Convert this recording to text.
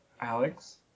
Alex